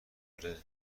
اره